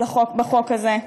בחוק הזה.